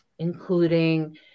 including